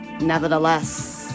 nevertheless